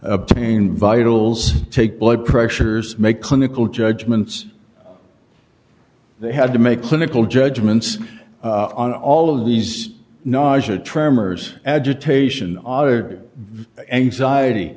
obtain vitals take blood pressures make clinical judgments they had to make clinical judgments on all of these najah tremors agitation author anxiety